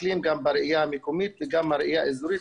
מסתכלים גם בראיה המקומית וגם בראיה האזורית,